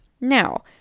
Now